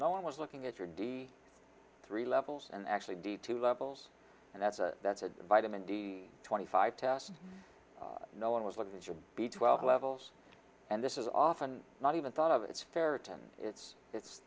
no one was looking at your d three levels and actually d two levels and that's a that's a vitamin d twenty five test no one was looking at your b twelve levels and this is often not even thought of it's ferret and it's it's